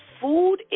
food